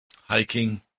hiking